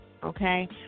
Okay